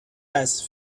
است